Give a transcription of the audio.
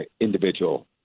individual